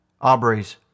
Aubrey's